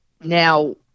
now